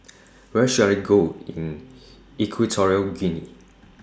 Where should I Go in Equatorial Guinea